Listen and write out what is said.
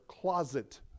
closet